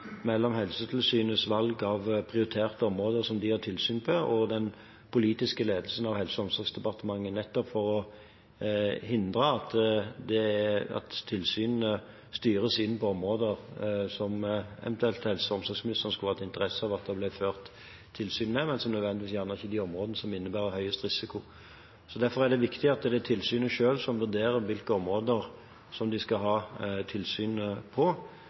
mellom Helsetilsynets valg av prioriterte områder, som de fører tilsyn med, og den politiske ledelsen av Helse- og omsorgsdepartementet, nettopp for å hindre at tilsynene styres inn på områder som helse- og omsorgsministeren eventuelt skulle hatt interesse av at det ble ført tilsyn med, men som ikke nødvendigvis er de områdene som innebærer høyest risiko. Derfor er det viktig at det er tilsynet selv som vurderer hvilke områder de skal ha tilsyn på.